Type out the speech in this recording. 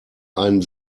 ein